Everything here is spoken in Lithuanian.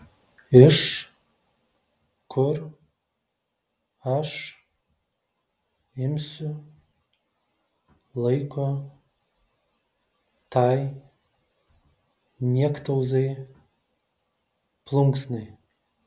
iš kur aš imsiu laiko tai niektauzai plunksnai